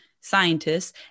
scientists